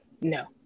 no